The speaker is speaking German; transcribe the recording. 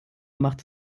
macht